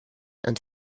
and